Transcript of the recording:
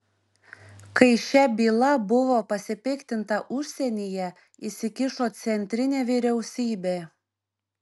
kai šia byla buvo pasipiktinta užsienyje įsikišo centrinė vyriausybė